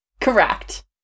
Correct